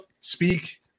speak